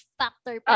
factor